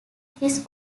his